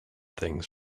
things